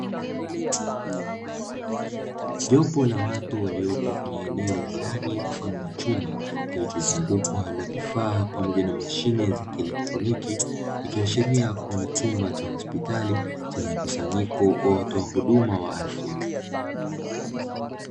Jopo la watu waliopo kwenye eneo la ndani mfano wa chumba, kilichozungukwa na vifaa pamoja na mashine za kieletroniki. Ikiashiria kuwa ni chumba cha hospitali chenye mkusanyiko wa watoa huduma ya afya.